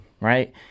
Right